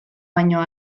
baino